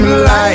light